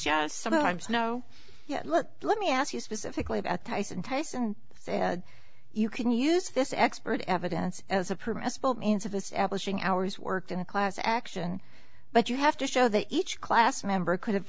yes sometimes no well let me ask you specifically about tyson tyson you can use this expert evidence as a permissible means of establishing hours worked in a class action but you have to show that each class member could have